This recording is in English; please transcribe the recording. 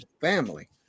family